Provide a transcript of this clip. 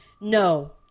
No